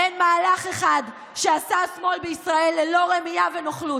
אין מהלך אחד שעשה השמאל בישראל ללא רמייה ונוכלות.